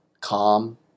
calm